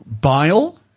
bile